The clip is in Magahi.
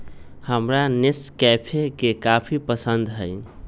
हमरा नेस्कैफे के कॉफी पसंद हई